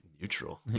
neutral